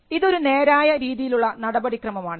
ഇതൊരു നേരായ രീതിയിലുള്ള നടപടിക്രമം ആണ്